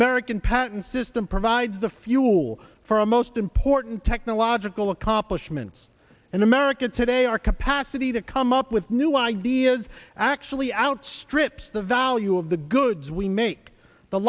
american patent system provides the fuel for most important technological accomplishments in america today our capacity to come up with new ideas actually outstrips the value of the goods we make the